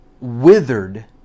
withered